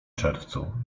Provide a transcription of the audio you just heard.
czerwcu